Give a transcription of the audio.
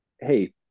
hey